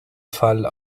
fall